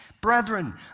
Brethren